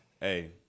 Hey